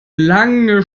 lange